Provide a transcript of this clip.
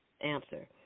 answer